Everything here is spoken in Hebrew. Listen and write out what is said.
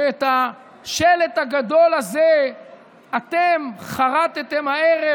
ואת השלט הגדול הזה אתם חרתם הערב